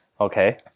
Okay